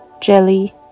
Jelly